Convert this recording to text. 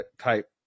type